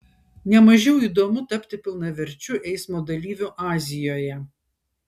ne mažiau įdomu tapti pilnaverčiu eismo dalyviu azijoje